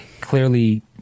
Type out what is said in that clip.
clearly